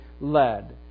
led